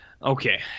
Okay